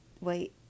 wait